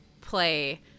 play